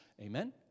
Amen